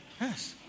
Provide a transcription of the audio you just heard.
Yes